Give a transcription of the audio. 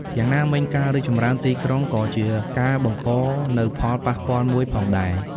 យ៉ាងណាមិញការរីកចម្រើនទីក្រុងក៏ជាការបង្កនូវផលប៉ះពាល់មួយផងដែរ។